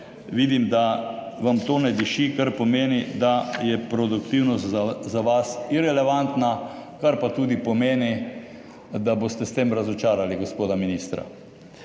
vidim, da vam to ne diši, kar pomeni, da je produktivnost za vas irelevantna, kar pa tudi pomeni, da boste s tem razočarali gospoda ministra.